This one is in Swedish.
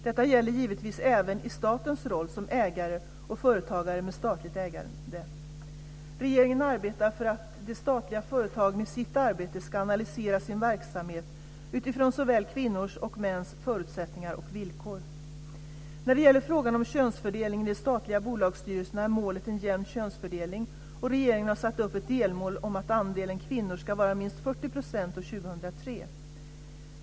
Detta gäller givetvis även i statens roll som ägare och företagen med statligt ägande. Regeringen arbetar för att de statliga företagen i sitt arbete ska analysera sin verksamhet utifrån såväl kvinnors som mäns förutsättningar och villkor. När det gäller frågan om könsfördelningen i de statliga bolagsstyrelserna är målet en jämn könsfördelning, och regeringen har satt upp ett delmål om att andelen kvinnor ska vara minst 40 % år 2003.